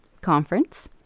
Conference